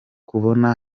kubona